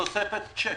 בתוספת צ'ק.